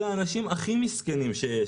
אלה האנשים הכי מסכנים שיש,